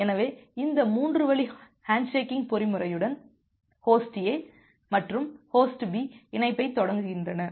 எனவே இந்த 3 வழி ஹேண்ட்ஷேக்கிங் பொறிமுறையுடன் ஹோஸ்ட் A மற்றும் ஹோஸ்ட் B இணைப்பைத் தொடங்குகின்றன